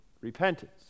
Repentance